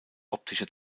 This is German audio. optischer